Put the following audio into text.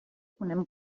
punem